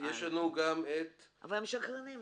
יש לנו גם את --- אבל הם שקרנים,